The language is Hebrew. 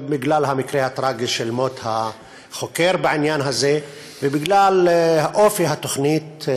בגלל המקרה הטרגי של מות החוקר בעניין הזה ובגלל אופי התוכנית,